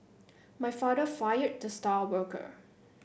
my father fired the star worker